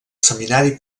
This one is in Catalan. seminari